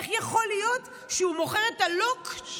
איך יכול להיות שהוא מוכר את הלוקש